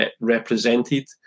represented